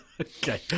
Okay